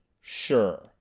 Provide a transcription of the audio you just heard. Sure